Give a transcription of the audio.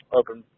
open